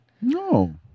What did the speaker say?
No